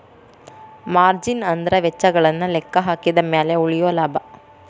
margin ಅಂದ್ರ ವೆಚ್ಚಗಳನ್ನ ಲೆಕ್ಕಹಾಕಿದ ಮ್ಯಾಲೆ ಉಳಿಯೊ ಲಾಭ